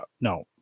no